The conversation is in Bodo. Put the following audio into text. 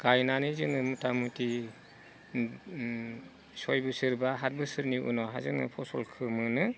गायनानै जोङो मथामथि सय बोसोर बा सात बोसोरनि उनावहा जोङो फसलखो मोनो